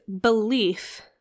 belief